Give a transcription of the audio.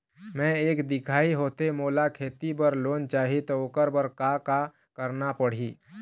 मैं एक दिखाही होथे मोला खेती बर लोन चाही त ओकर बर का का करना पड़ही?